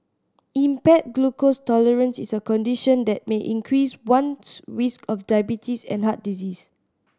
impaired glucose tolerance is a condition that may increase one's risk of diabetes and heart disease